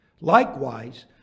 Likewise